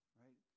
right